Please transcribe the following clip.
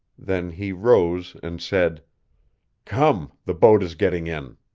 then he rose and said come, the boat is getting in.